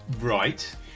Right